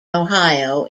ohio